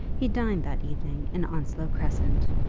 he dined that evening in onslow crescent,